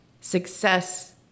success